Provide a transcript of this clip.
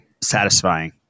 satisfying